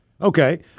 Okay